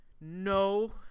no